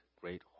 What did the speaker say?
great